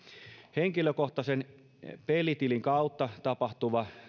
henkilökohtaisen pelitilin kautta tapahtuva